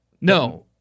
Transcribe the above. no